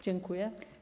Dziękuję.